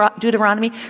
Deuteronomy